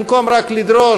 במקום רק לדרוש